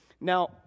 Now